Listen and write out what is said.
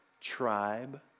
tribe